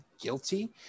guilty